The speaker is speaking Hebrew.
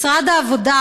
משרד העבודה,